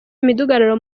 imidugararo